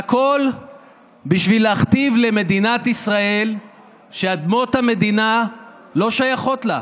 והכול בשביל להכתיב למדינת ישראל שאדמות המדינה לא שייכות לה.